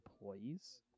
employees